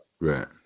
Right